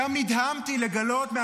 שם נדהמתי לגלות,